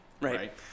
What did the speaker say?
right